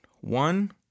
One